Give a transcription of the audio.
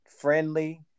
friendly